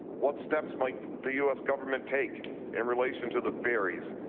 what steps might the u s. government take in relation to the ferries,